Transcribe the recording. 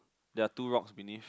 there are two rocks beneath